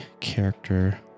character